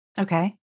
Okay